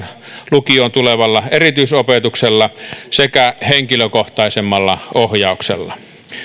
lukioon tulevalla erityisopetuksella sekä henkilökohtaisemmalla ohjauksella